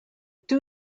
two